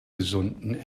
gesunden